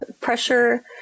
pressure